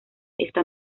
está